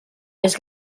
més